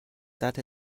that